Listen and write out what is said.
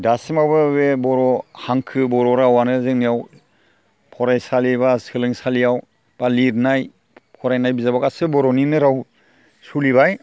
दासिमावबो बे बर' हांखो बर' रावआनो जोंनियाव फरायसालि एबा सोलोंसालियाव एबा लिरनाय फरायनाय बिजाबाव गासैबो बर'निनो राव सोलिबाय